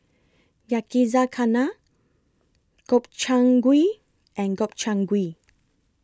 Yakizakana Gobchang Gui and Gobchang Gui